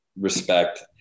respect